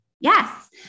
Yes